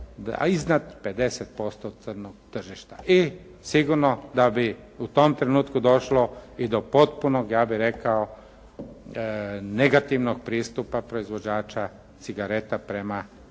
iznad 50% crnog tržišta i sigurno da bi u tom trenutku došlo i do potpunog ja bih rekao negativnog pristupa proizvođača cigareta prema